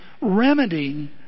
remedying